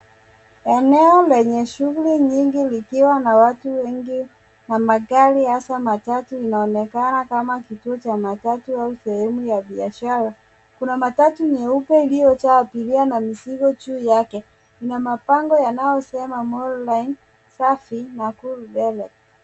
Eneo lenye shughuli nyingi, likiwa na watu wengi na magari hasaa matatu, inaonekana kama kituo cha matatu ama sehemu ya biashara. Kuna matatu nyeupe iliyojaa abiria na mizigo juu yake, na mabango yanayo sema Molo line safi Nakuru mbele.